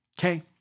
okay